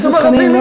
ויש גם ערבים,